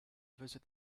visit